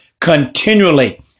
continually